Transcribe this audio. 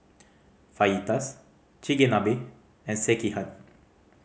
Fajitas Chigenabe and Sekihan